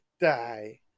die